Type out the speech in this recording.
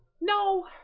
No